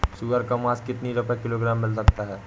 सुअर का मांस कितनी रुपय किलोग्राम मिल सकता है?